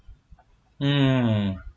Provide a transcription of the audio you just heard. mm